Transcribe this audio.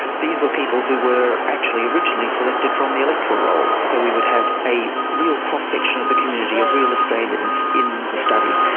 these were actually people who were actually originally selected from the electoral role so we would have a real cross section of the community, of real australians in the study.